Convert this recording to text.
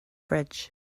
fridge